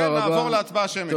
נעבור להצבעה שמית.